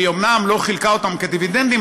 שהיא אומנם לא חילקה אותם כדיבידנדים,